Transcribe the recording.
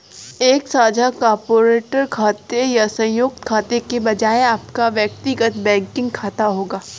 एक साझा कॉर्पोरेट खाते या संयुक्त खाते के बजाय आपका व्यक्तिगत बैंकिंग खाता होगा